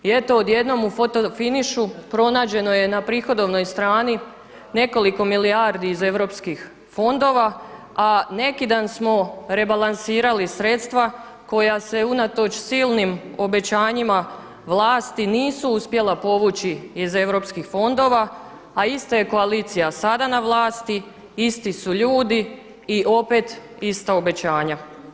I eto odjednom u fotofinišu pronađeno je na prihodovnoj strani nekoliko milijardi iz europskih fondova, a neki dan smo rebalansirali sredstva koja se unatoč silnim obećanjima vlasti nisu uspjela povući iz europskih fondova, a ista je koalicija sada na vlasti, isti su ljudi i opet ista obećanja.